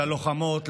ללוחמות,